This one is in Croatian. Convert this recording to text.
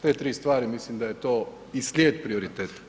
Te tri stvari mislim da je to i slijed prioriteta.